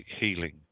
healing